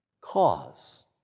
Cause